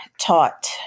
taught